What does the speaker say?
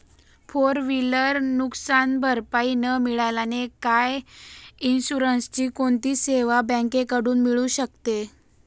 Four wheeler नुकसानभरपाई न मिळाल्याने मला इन्शुरन्सची कोणती सेवा बँकेकडून मिळू शकते?